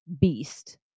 beast